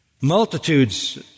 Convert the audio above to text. multitudes